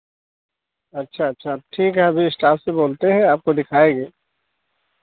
अच्छा अच्छा ठीक है अभी स्टाफ़ से बोलते हैं आपको दिखाएँगे